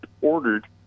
ordered